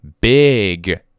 Big